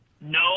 No